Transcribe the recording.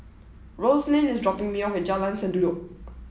Roselyn is dropping me off at Jalan Sendudok